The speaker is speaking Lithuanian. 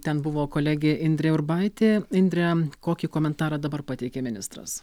ten buvo kolegė indrė urbaitė indre kokį komentarą dabar pateikė ministras